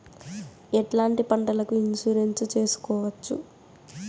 ఎట్లాంటి పంటలకు ఇన్సూరెన్సు చేసుకోవచ్చు?